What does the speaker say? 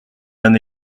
d’un